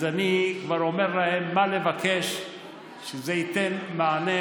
אני כבר אומר להם מה לבקש שייתן מענה